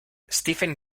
stephen